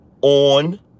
on